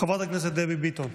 חברת הכנסת דבי ביטון,